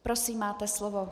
Prosím, máte slovo.